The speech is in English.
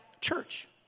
church